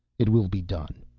it will be done.